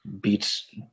beats